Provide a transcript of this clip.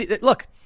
Look